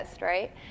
right